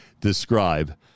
describe